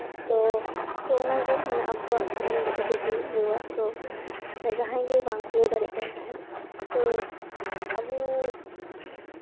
ᱛᱚ ᱛᱚ ᱚᱱᱟᱜᱮ ᱢᱟᱱᱮ ᱟᱵᱚᱣᱟᱜ ᱫᱷᱚᱨᱚᱢ ᱫᱚ ᱟᱹᱰᱤᱜᱮ ᱤᱭᱟᱹᱣᱟ ᱛᱚ ᱢᱟᱱᱮ ᱡᱟᱦᱟᱸᱭ ᱜᱮ ᱵᱟᱝ ᱠᱚ ᱞᱟᱹᱭ ᱫᱟᱲᱮᱭᱟᱜ ᱠᱟᱱ ᱛᱟᱦᱮᱸᱜ ᱛᱚ ᱟᱵᱚ